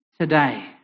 today